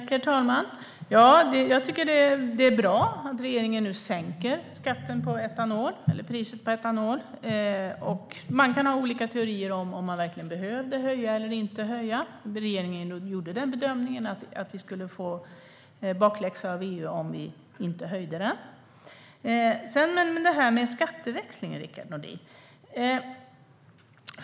Herr talman! Jag tycker att det är bra att regeringen nu sänker priset på etanol. Man kan ha olika teorier om huruvida man verkligen behövde höja det eller inte. Regeringen gjorde bedömningen att vi skulle få bakläxa av EU om vi inte höjde. Du talar om skatteväxling, Rickard Nordin.